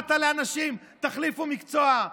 קראת לאנשים: תחליפו מקצוע.